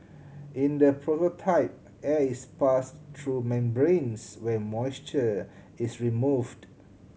in the prototype air is passed through membranes where moisture is removed